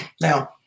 Now